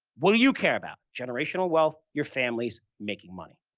what do you care about? generational wealth, your families, making money.